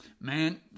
Man